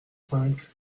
cinq